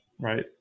Right